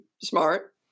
smart